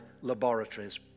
laboratories